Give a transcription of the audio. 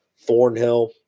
Thornhill